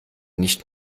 nicht